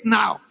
now